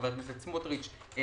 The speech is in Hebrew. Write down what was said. סמוטריץ',